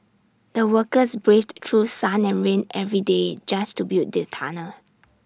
the workers braved through sun and rain every day just to build the tunnel